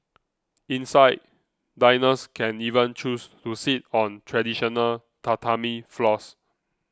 inside diners can even choose to sit on traditional Tatami floors